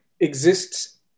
exists